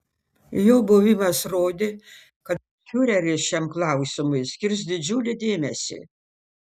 jo buvimas rodė kad fiureris šiam klausimui skirs didžiulį dėmesį